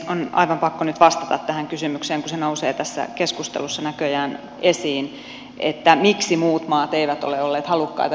on aivan pakko nyt vastata tähän kysymykseen kun tässä keskustelussa näköjään nousee esiin se miksi muut maat eivät ole olleet halukkaita näihin vakuusjärjestelyihin